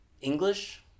English